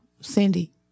Cindy